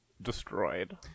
destroyed